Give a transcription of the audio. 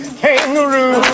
kangaroo